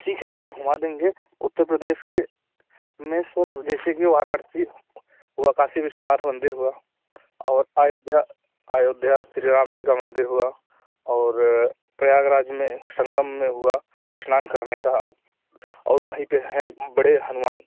ठीक है सर घूमा देंगे उत्तर प्रदेश के नहीं सर जैसे कि वाराणसी या काशी विश्वनाथ मंदिर हुआ और अयोध्या अयोध्या श्री राम जी का मंदिर हुआ और प्रयागराज में संगम में हुआ स्नान करने का आप और वहीं पर है बड़े हनुमान